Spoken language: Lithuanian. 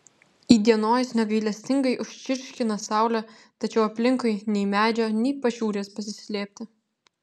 įdienojus negailestingai užčirškina saulė tačiau aplinkui nei medžio nei pašiūrės pasislėpti